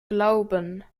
glauben